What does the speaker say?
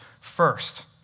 first